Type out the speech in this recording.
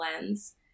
Lens